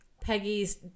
Peggy's